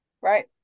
Right